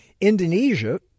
Indonesia